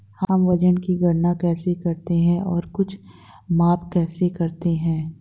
हम वजन की गणना कैसे करते हैं और कुछ माप कैसे करते हैं?